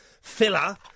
filler